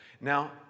Now